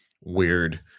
weird